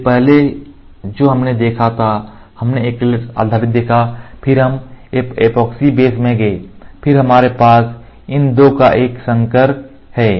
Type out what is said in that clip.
इसलिए पहले जो हमने देखा था हमने एक्रिलेट आधारित देखा फिर हम ऐपोक्सी बेस में गए फिर हमारे पास इन 2 का एक संकर है